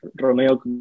romeo